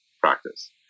practice